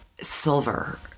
silver